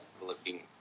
looking